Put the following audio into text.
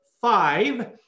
five